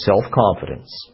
self-confidence